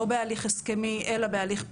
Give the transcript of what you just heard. לא בהליך הסכמי אלא בהליך פלילי.